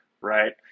right